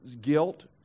Guilt